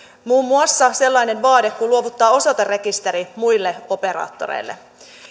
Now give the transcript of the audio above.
muun muassa sellainen vaade kuin luovuttaa osoiterekisteri muille operaattoreille